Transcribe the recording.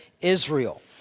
Israel